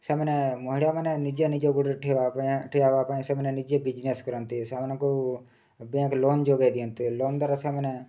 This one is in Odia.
ସେମାନେ ମହିଳାମାନେ ନିଜେ ନିଜ ଗୋଡ଼ରେ ଠିଆ ପାଇଁ ଠିଆ ହେବା ପାଇଁ ସେମାନେ ନିଜେ ବିଜ୍ନେସ୍ କରନ୍ତି ସେମାନଙ୍କୁ ବ୍ୟାଙ୍କ୍ ଲୋନ୍ ଯୋଗାଇ ଦିଅନ୍ତି ଲୋନ୍ ଦ୍ଵାରା ସେମାନେ